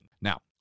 Now